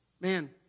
man